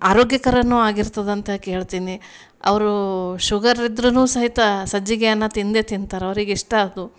ಆರೋಗ್ಯಕರವೂ ಆಗಿರ್ತದೆಂತ ಕೇಳ್ತೀನಿ ಅವರು ಶುಗರ್ ಇದ್ರೂ ಸಹಿತ ಸಜ್ಜಿಗೆಯನ್ನು ತಿಂದೇ ತಿಂತಾರೆ ಅವರಿಗಿಷ್ಟ ಅದು